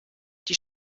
die